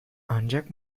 ancak